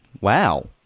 Wow